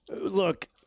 look